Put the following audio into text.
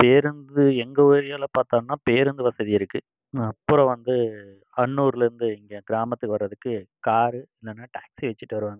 பேருந்து எங்கள் ஏரியாவில் பாத்தோம்னா பேருந்து வசதி இருக்குது அப்புறம் வந்து அன்னூரில் இருந்து இங்கே கிராமத்துக்கு வர்றதுக்கு காரு இல்லைனா டாக்ஸி வச்சுட்டு வருவாங்க